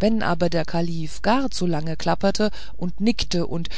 wenn aber der kalif gar zu lange klapperte und nickte und